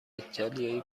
ایتالیایی